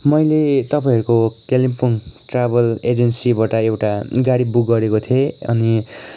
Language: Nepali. मैले तपाईँहरूको कालिम्पोङ ट्राभल एजेन्सीबाट एउटा गाडी बुक गरेको थिएँ अनि